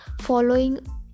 following